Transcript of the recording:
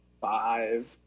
five